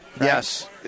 Yes